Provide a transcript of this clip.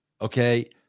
Okay